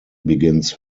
begins